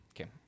Okay